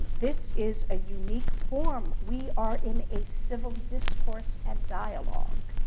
this is a unique form. we are in a civil discourse and dialogue.